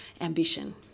ambition